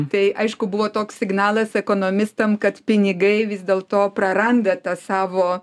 tai aišku buvo toks signalas ekonomistam kad pinigai vis dėl to praranda tą savo